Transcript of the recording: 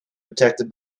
protected